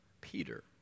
Peter